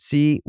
See